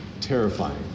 terrifying